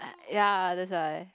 ya that's why